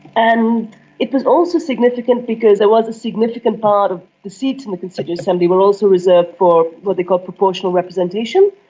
and it was also significant because there was a significant part of the seats in and the constituent assembly were also reserved for what they call proportional representation,